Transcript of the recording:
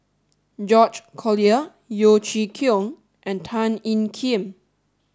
George Collyer Yeo Chee Kiong and Tan Ean Kiam